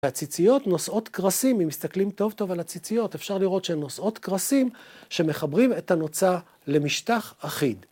והציציות נושאות קרסים, אם מסתכלים טוב טוב על הציציות, אפשר לראות שהן נושאות קרסים שמחברים את הנוצה למשטח אחיד.